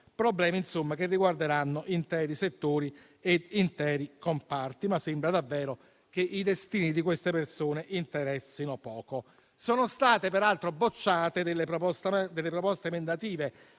Problemi, insomma, che riguarderanno interi settori ed interi comparti; sembra, però, che davvero i destini di queste persone interessino poco. Sono state peraltro bocciate proposte emendative